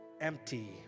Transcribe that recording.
empty